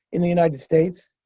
in the united states,